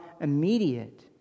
immediate